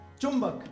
Chumbak